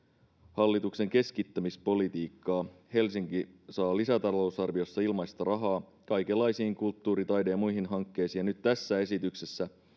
hallituksen keskittämispolitiikka helsinki saa lisätalousarviossa ilmaista rahaa kaikenlaisiin kulttuuri taide ja muihin hankkeisiin ja nyt tässä esityksessä